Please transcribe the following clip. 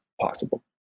possible